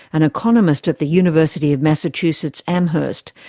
an economist at the university of massachusetts, amherst.